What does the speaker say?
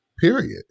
period